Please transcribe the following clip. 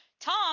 Tom